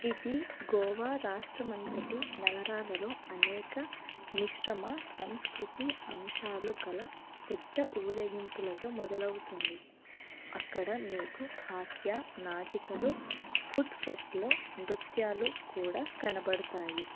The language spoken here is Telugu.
ఇది గోవా రాష్ట్రమంతటి నగరాలలో అనేక మిశ్రమ సంస్కృతి అంశాలు కల పెద్ద ఊరేగింపులతో మొదలవుతుంది అక్కడ మీకు హాస్య నాటికలు ఫుడ్ ఫెస్ట్లు నృత్యాలు కూడా కనపడతాయి